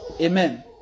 Amen